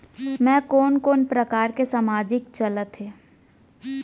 मैं कोन कोन प्रकार के सामाजिक चलत हे?